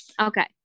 Okay